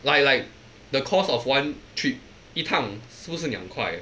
like like the cost of one trip 一趟是不是两块